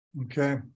Okay